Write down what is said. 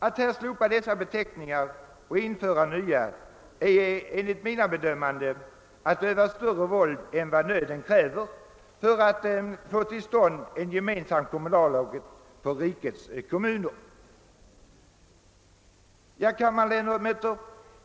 Att här slopa dessa beteckningar och införa nya är enligt mina bedömanden att öva större våld än nöden kräver för att få till stånd en gemensam kommunallag för rikets kommuner. Ärade kammarledamöter!